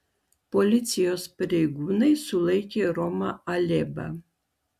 policijos pareigūnai sulaikė romą alėbą